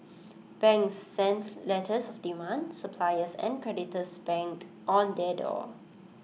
banks sent letters of demand suppliers and creditors banged on their door